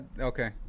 okay